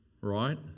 right